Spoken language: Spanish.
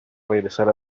regresar